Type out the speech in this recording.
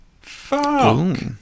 Fuck